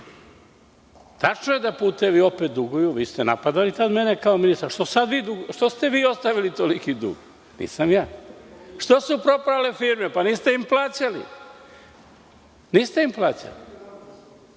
je da „Putevi“ opet duguju. Vi ste napadali tada mene kao ministar, a što ste vi ostavili toliki dug? Nisam ja. Što su propale firme? Pa niste im plaćali.(Borislav